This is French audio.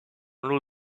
lot